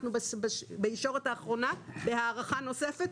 אנחנו בישורת האחרונה, בהארכה נוספת.